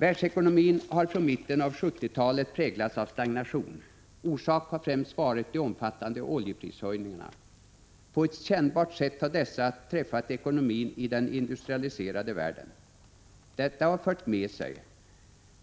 Världsekonomin har från mitten av 1970-talet präglats av stagnation. Orsak har främst varit de omfattande oljeprishöjningarna. På ett kännbart sätt har dessa träffat ekonomin i den industrialiserade världen. Detta har fört med sig